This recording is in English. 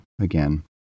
again